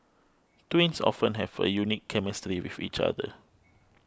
twins often have a unique chemistry with each other